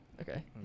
Okay